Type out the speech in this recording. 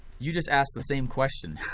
you just asked the same question,